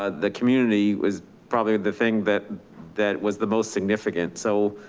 ah the community was probably the thing that that was the most significant. so,